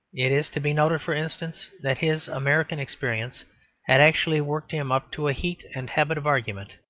it is to be noted, for instance, that his american experience had actually worked him up to a heat and habit of argument.